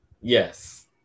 Yes